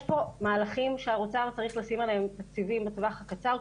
יש פה מהלכים שהאוצר צריך לשים עליהם תקציבים בטווח הקצר,